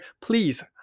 please